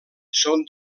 són